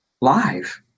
live